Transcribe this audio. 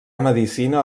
medicina